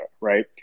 Right